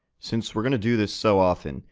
since we're going to do this so often,